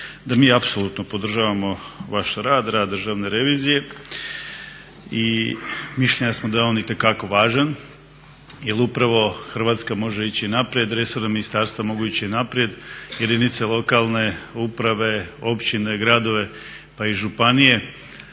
da mi apsolutno podržavamo vaš rad, rad Državne revizije i mišljenja smo da je on itekako važan. Jer upravo Hrvatska može ići naprijed, resorna ministarstva mogu ići naprijed, jedinice lokalne uprave, općine, gradove, pa i županije